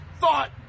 thought